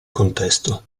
contesto